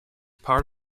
part